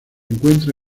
encuentra